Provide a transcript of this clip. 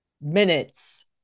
minutes